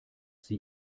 sie